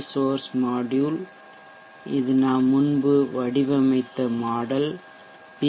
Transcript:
source module தொகுதி இது நாம் முன்பு வடிவமைத்த மாடல் மாதிரி